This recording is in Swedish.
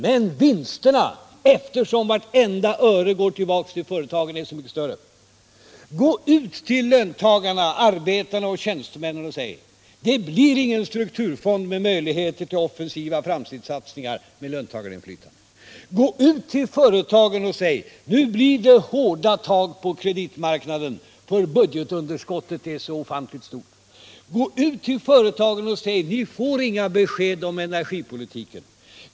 Men vinsterna — eftersom vartenda öre går tillbaka till företagen — är desto större. Gå ut till löntagarna, arbetarna och tjänstemännen, och säg: Det blir ingen strukturfond med möjligheter till offensiva framtidssatsningar med löntagarinflytande. Gå ut till företagen och säg: Nu blir det hårda tag på kreditmarknaden för budgetunderskottet är så ofantligt stort. Gå ut till företagen och säg: Ni får inget besked om energipolitiken.